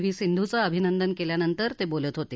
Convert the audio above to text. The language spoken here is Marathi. व्ही सिंधूचं अभिंनदन केल्यानंतर ते बोलत होते